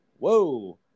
Whoa